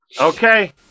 okay